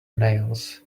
nails